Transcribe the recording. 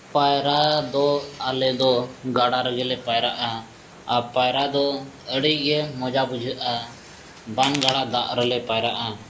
ᱯᱟᱭᱨᱟᱫᱚ ᱟᱞᱮ ᱫᱚ ᱜᱟᱰᱟ ᱨᱮᱜᱮᱞᱮ ᱯᱟᱭᱨᱟᱜᱼᱟ ᱟᱨ ᱯᱟᱭᱨᱟᱫᱚ ᱟᱹᱰᱤᱜᱮ ᱢᱚᱡᱟ ᱵᱩᱡᱷᱟᱹᱜᱼᱟ ᱵᱟᱱ ᱜᱟᱰᱟ ᱫᱟᱜ ᱨᱮᱞᱮ ᱯᱟᱭᱨᱟᱜᱼᱟ